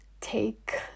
take